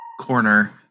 corner